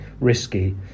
risky